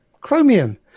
Chromium